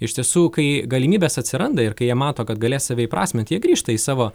iš tiesų kai galimybės atsiranda ir kai jie mato kad galės save įprasminti jie grįžta į savo